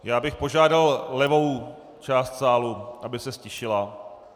Já bych požádal levou část sálu, aby se ztišila.